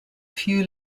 few